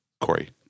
Corey